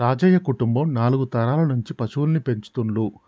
రాజయ్య కుటుంబం నాలుగు తరాల నుంచి పశువుల్ని పెంచుతుండ్లు